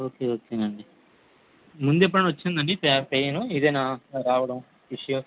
okay okay అండి ముందు ఎప్పుడైనా వచ్చిందా అండి పెయిను ఇదేనా రావడం ఇష్యు